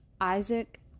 Isaac